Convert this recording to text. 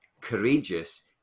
courageous